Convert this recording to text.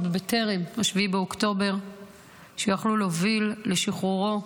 בטרם 7 באוקטובר שהיו יכולות להוביל לשחרורו.